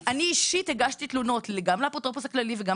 אני אישית הגשתי תלונות גם לאפוטרופוס הכללי וגם